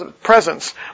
presence